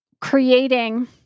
creating